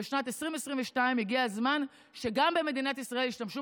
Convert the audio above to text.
בשנת 2022 הגיע הזמן שגם במדינת ישראל ישתמשו